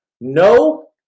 No